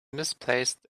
misplaced